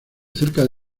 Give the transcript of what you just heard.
cerca